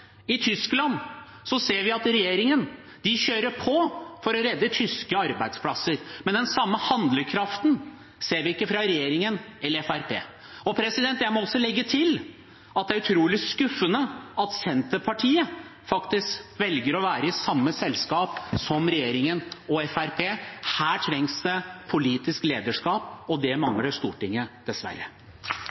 I Tyskland ser vi at regjeringen kjører på for å redde tyske arbeidsplasser. Men den samme handlekraften ser vi ikke fra regjeringen eller Fremskrittspartiet. Jeg må også legge til at det er utrolig skuffende at Senterpartiet faktisk velger å være i samme selskap som regjeringen og Fremskrittspartiet. Her trengs det politisk lederskap, og det mangler Stortinget dessverre.